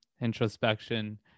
introspection